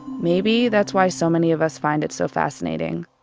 maybe that's why so many of us find it so fascinating.